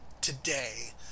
today